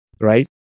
right